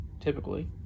typically